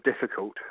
difficult